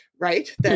right